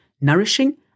nourishing